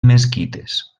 mesquites